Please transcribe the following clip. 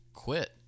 quit